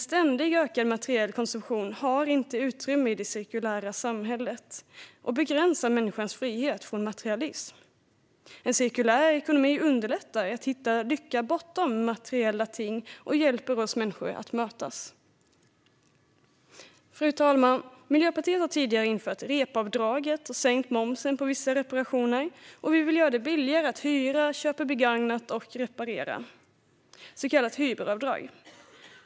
Ständigt ökande materiell konsumtion ryms inte i det cirkulära samhället och begränsar människans frihet från materialism. Cirkulär ekonomi underlättar att hitta lycka bortom materiella ting och hjälper människor att mötas. Fru talman! Miljöpartiet har tidigare infört REP-avdraget och sänkt momsen på vissa reparationer. Vi vill göra det billigare att hyra, köpa begagnat och reparera genom ett så kallat hyberavdrag.